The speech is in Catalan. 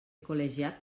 col·legiat